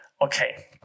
okay